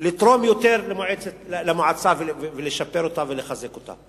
לתרום יותר למועצה ולשפר אותה ולחזק אותה,